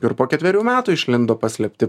ir po ketverių metų išlindo paslėpti